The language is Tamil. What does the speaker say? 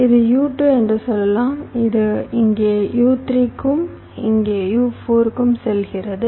இது U2 என்று சொல்லலாம் இது இங்கே U3 க்கும் இங்கே U4 க்கும் செல்கிறது